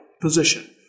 position